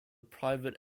private